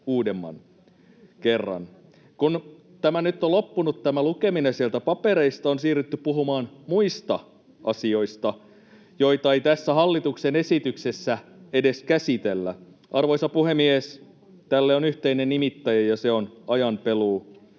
Kun nyt on loppunut lukeminen sieltä papereista, on siirrytty puhumaan muista asioista, joita ei tässä hallituksen esityksessä edes käsitellä. Arvoisa puhemies! Tälle on yhteinen nimittäjä, ja se on ajanpeluu.